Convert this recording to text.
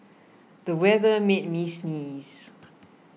the weather made me sneeze